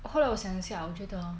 后来我想一想我觉得 hor